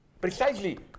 Precisely